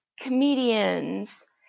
comedians